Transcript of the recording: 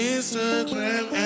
Instagram